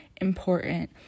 important